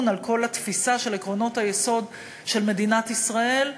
על כל התפיסה של עקרונות היסוד של מדינת ישראל,